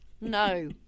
no